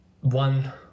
one